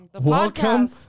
welcome